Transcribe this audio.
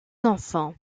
enfants